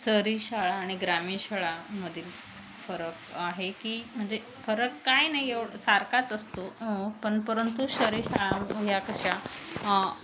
शहरी शाळा आणि ग्रामीण शाळामधील फरक आहे की म्हणजे फरक काही नाही एव सारखाच असतो पण परंतु शहरी शाळा ह्या कशा